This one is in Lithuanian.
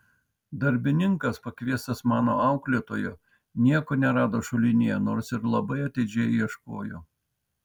darbininkas pakviestas mano auklėtojo nieko nerado šulinyje nors ir labai atidžiai ieškojo